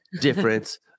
difference